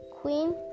Queen